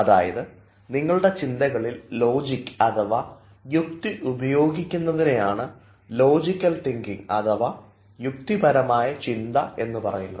അതായത് നിങ്ങളുടെ ചിന്തകളിൽ ലോജിക് അഥവാ യുക്തി ഉപയോഗിക്കുന്നതിനെയാണ് ലോജിക്കൽ തിങ്കിങ് അഥവാ യുക്തിപരമായ ചിന്ത എന്ന് പറയുന്നത്